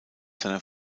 seiner